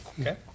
Okay